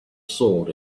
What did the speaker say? sword